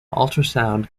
ultrasound